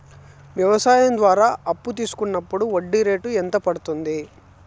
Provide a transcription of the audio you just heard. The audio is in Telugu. వ్యవసాయం ద్వారా అప్పు తీసుకున్నప్పుడు వడ్డీ రేటు ఎంత పడ్తుంది